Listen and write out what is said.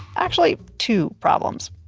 actually two problems,